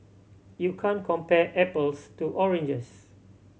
you can't compare apples to oranges